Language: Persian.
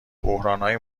بحرانهای